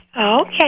Okay